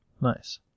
Nice